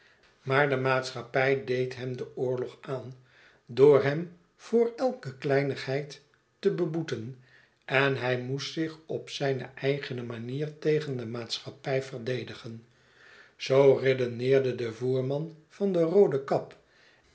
maar de maatschappij deed hem den oorlog aan door hem voor elke kleinigheid te beboeten en hij moest zich op zijne eigene manier tegen de maatschappij verdedigen zoo redeneerde de voerman van de roode cab